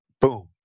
boom